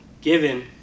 given